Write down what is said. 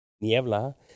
niebla